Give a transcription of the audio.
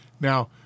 Now